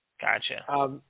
Gotcha